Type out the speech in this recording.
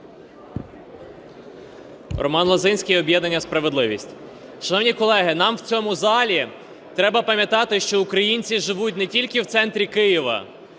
Роман Лозинський, об'єднання "Справедливість". Шановні колеги, нам в цьому залі треба пам'ятати, що українці живуть не тільки в центрі Києва,